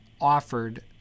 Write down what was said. offered